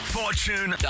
fortune